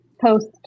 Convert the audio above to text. post